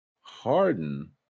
Harden